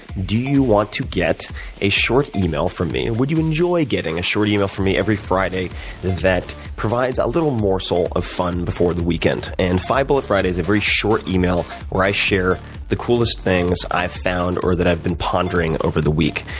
do you want to get a short email from me? would you enjoy getting a short email from me every friday that provides a little morsel of fun before the weekend? and five bullet friday is a very short email where i share the coolest things that i've found, or that i've been pondering over the week.